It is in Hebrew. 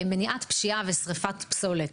מניעת פשיעה ושריפת פסולת.